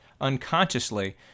unconsciously